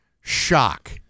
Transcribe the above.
shock